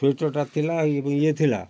ସ୍ଵେଟରଟା ଥିଲା ଇଏ ଥିଲା